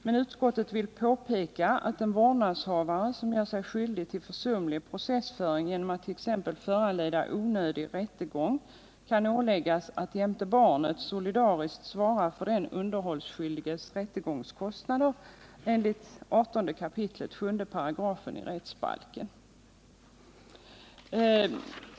Men utskottet vill påpeka att en vårdnadshavare som gör sig skyldig till försumlig processföring genom att t.ex. föranleda onödig rättegång kan åläggas att jämte barnet solidariskt svara för den underhållsskyldiges rättegångskostnader enligt 18 kap. 7 § rättegångsbalken.